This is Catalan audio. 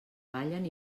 ballen